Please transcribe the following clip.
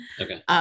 Okay